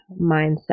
mindset